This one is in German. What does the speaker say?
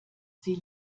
sie